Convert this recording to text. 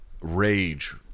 rage